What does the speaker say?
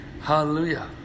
Hallelujah